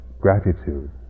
gratitude